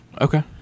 Okay